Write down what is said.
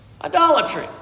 idolatry